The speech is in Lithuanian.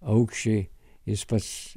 aukščiai jis pats